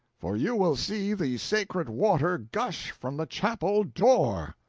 for you will see the sacred water gush from the chapel door!